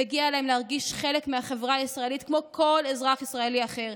מגיע להם להרגיש חלק מהחברה הישראלית כמו כל אזרח ישראלי אחר.